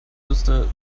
wüsste